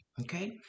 okay